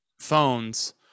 phones